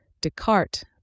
Descartes